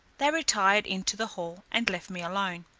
they retired into the hall, and left me alone.